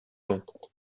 ans